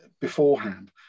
beforehand